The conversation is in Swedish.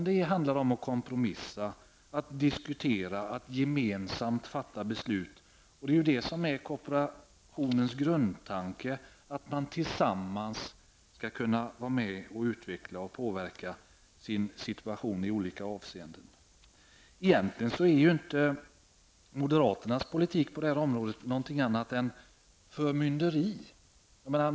Det handlar om att kompromissa, diskutera och gemensamt fatta beslut. Det är det som är kooperationens grundtanke, dvs. att man tillsammans skall kunna vara med och utveckla och påverka sin situation i olika avseenden. Egentligen är moderaternas politik på detta område inte något annat än förmynderi.